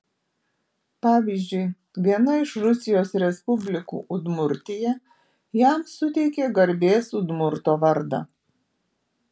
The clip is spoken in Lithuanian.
pavyzdžiui viena iš rusijos respublikų udmurtija jam suteikė garbės udmurto vardą